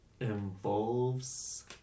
involves